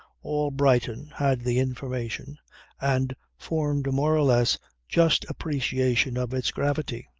all brighton had the information and formed a more or less just appreciation of its gravity.